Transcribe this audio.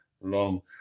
long